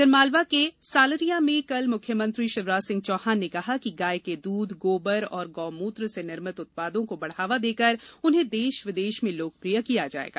आगरमालवा के सालरिया में कल मुख्यमंत्री शिवराज सिंह चौहान ने कहा कि गाय के दूध गोबर एवं गौ मूत्र से निर्मित उत्पादों को बढ़ावा देकर उन्हें देश विदेश में लोकप्रिय किया जाएगा